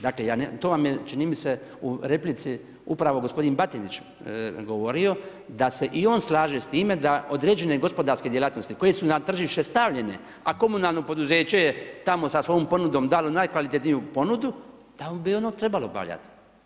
Dakle, to vam je čini mi se u replici upravo gospodin Batinić govorio da se i on slaže s time da određene gospodarske djelatnosti koje su na tržište stavljene a komunalno poduzeće je tamo sa svojom ponudom dalo najkvalitetniju ponudu tamo bi ono trebalo obavljati.